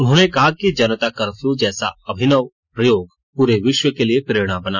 उन्होंने कहा कि जनता कर्फ्यू जैसा अभिनव प्रयोग पूरे विश्व के लिए प्रेरणा बना